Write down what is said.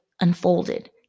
unfolded